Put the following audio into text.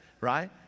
right